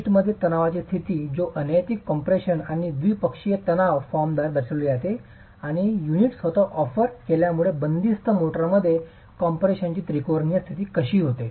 युनिटमध्ये तणावाची स्थिती जो अनैतिक कम्प्रेशन आणि द्विपक्षीय तणाव फॉर्म द्वारे दर्शविली जाते आणि युनिट स्वतःच ऑफर केलेल्या बंदीमुळे मोर्टारमध्ये कम्प्रेशनची त्रिकोणीय स्थिती कशी होते